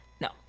no